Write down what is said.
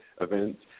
events